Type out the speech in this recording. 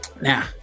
Now